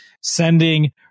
sending